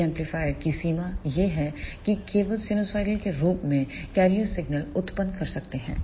इन amplifier की सीमा यह है कि वे केवल साइनसोइडल के रूप में कैरियर सिग्नल उत्पन्न कर सकते हैं